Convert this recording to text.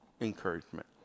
encouragement